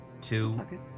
Two